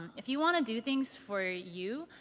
if you want to do things for you,